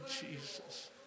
Jesus